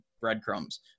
breadcrumbs